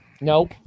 nope